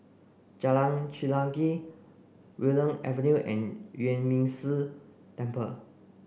Jalan Chelagi Willow Avenue and Yuan Ming Si Temple